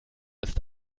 ist